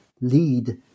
lead